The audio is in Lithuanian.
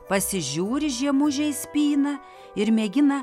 pasižiūri žiemužė į spyną ir mėgina